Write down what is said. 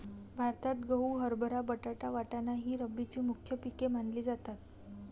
भारतात गहू, हरभरा, बटाटा, वाटाणा ही रब्बीची मुख्य पिके मानली जातात